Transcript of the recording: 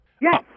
Yes